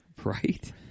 right